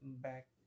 back